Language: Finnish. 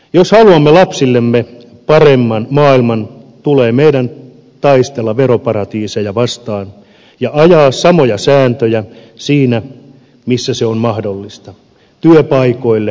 jos haluamme lapsillemme paremman maailman tulee meidän taistella veroparatiiseja vastaan ja ajaa samoja sääntöjä siinä missä se on mahdollista työpaikoille ympäri maailmaa